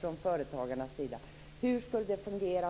från företagarnas sida. Hur skulle det fungera?